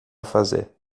fazer